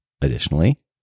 Additionally